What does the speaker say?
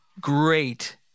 great